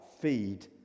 feed